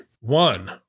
One